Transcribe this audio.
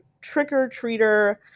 trick-or-treater